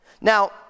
Now